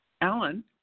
Alan